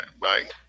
Bye